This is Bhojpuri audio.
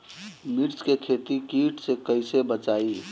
मिर्च के खेती कीट से कइसे बचाई?